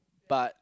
but